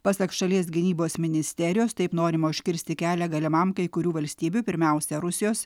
pasak šalies gynybos ministerijos taip norima užkirsti kelią galimam kai kurių valstybių pirmiausia rusijos